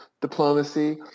diplomacy